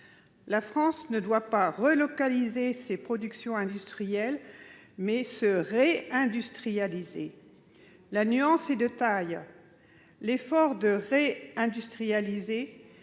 La France doit non pas relocaliser ses productions industrielles, mais se réindustrialiser. La nuance est de taille ! L'effort de réindustrialisation